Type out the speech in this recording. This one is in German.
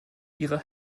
ihre